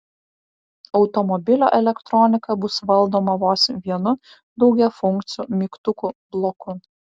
automobilio elektronika bus valdoma vos vienu daugiafunkciu mygtukų bloku